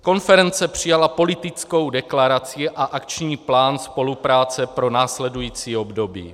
Konference přijala politickou deklaraci a akční plán spolupráce pro následující období.